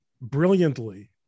brilliantly